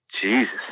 Jesus